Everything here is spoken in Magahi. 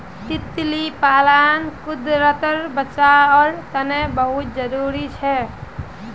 तितली पालन कुदरतेर बचाओर तने बहुत ज़रूरी छे